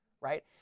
right